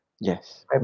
yes